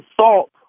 salt